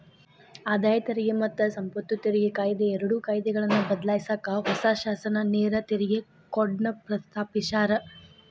ಆದಾಯ ತೆರಿಗೆ ಮತ್ತ ಸಂಪತ್ತು ತೆರಿಗೆ ಕಾಯಿದೆ ಎರಡು ಕಾಯ್ದೆಗಳನ್ನ ಬದ್ಲಾಯ್ಸಕ ಹೊಸ ಶಾಸನ ನೇರ ತೆರಿಗೆ ಕೋಡ್ನ ಪ್ರಸ್ತಾಪಿಸ್ಯಾರ